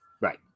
Right